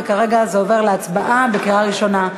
וכרגע זה עובר להצבעה בקריאה ראשונה.